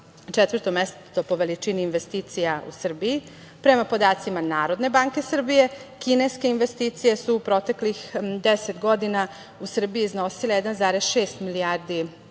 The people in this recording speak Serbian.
četvrto mesto po veličini investicija u Srbiji. Prema podacima Narodne banke Srbije kineske investicije su proteklih 10 godina u Srbiji iznosile 1,6 milijardi